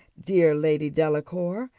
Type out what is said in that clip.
dear lady delacour,